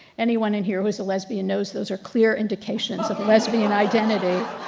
anyone in here who is a lesbian knows those are clear indications of lesbian identity.